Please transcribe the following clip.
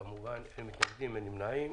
כמובן, אין מתנגדים ואין נמנעים.